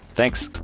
thanks.